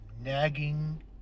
nagging